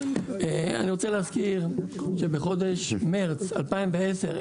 אני רוצה להזכיר שבחודש מרס 2010,